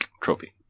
trophy